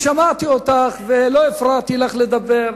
שמעתי אותך ולא הפרעתי לך לדבר.